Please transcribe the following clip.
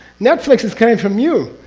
netflix is coming from you.